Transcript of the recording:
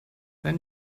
then